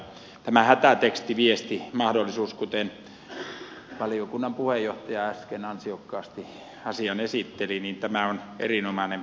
tämä hätätekstiviestimahdollisuus kuten valiokunnan puheenjohtaja äsken ansiokkaasti asian esitteli on erinomainen parannus